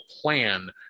plan